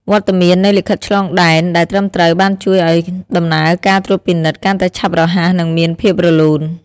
វត្តមាននៃលិខិតឆ្លងដែនដែលត្រឹមត្រូវបានជួយឱ្យដំណើរការត្រួតពិនិត្យកាន់តែឆាប់រហ័សនិងមានភាពរលូន។